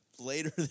later